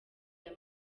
aya